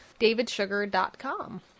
davidsugar.com